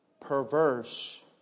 perverse